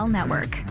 Network